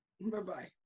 Bye-bye